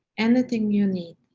anything you need.